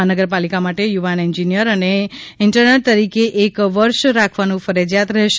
મહાનગરપાલિકા માટે યુવાન એંજીનિયર ને ઇન્ટર્ન તરીકે એક વર્ષ રાખવાનું ફરજિયાત રહેશે